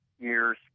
years